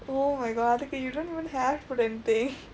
oh my god you don't even have to put anything